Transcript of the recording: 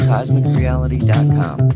CosmicReality.com